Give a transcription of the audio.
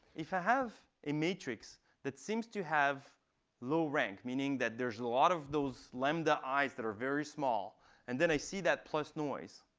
if you ah have a matrix that seems to have low rank meaning that there's a lot of those lambda i's that are very small and then i see that plus noise,